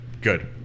good